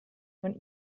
von